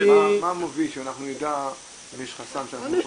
שאנחנו נדע אם יש חסם שם.